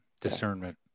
discernment